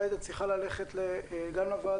עאידה צריכה ללכת לוועדה,